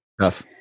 Tough